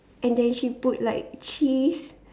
and then she put like cheese